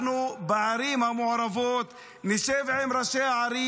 אנחנו בערים המעורבות נשב עם ראשי הערים.